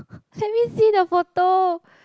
let me see the photo